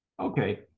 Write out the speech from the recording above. Okay